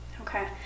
Okay